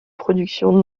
productions